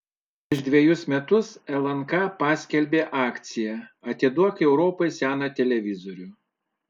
prieš dvejus metus lnk paskelbė akciją atiduok europai seną televizorių